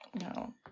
no